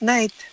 Night